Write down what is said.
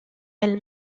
elle